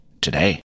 today